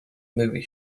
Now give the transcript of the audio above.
movie